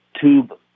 Tube